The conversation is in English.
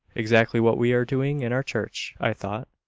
exactly what we are doing in our church, i thought.